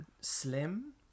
slim